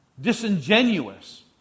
disingenuous